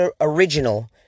original